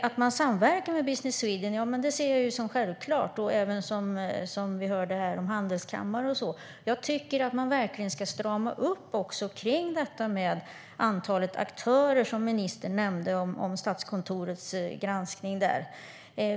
Att man samverkar med Business Sweden ser jag som självklart och även att man samverkar med handelskammare. Jag tycker att man verkligen ska strama upp detta med antalet aktörer, som ministern nämnde vad gäller Statskontorets granskning där.